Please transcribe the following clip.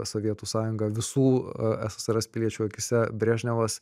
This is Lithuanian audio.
sovietų sąjungą visų ssrs piliečių akyse brežnevas